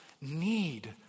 need